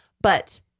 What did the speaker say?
But-